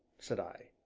said i.